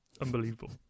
Unbelievable